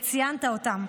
וציינת אותן.